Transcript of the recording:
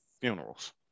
funerals